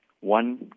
One